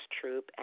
troop